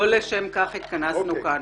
לא לשם כך התכנסנו כאן.